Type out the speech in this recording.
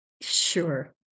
Sure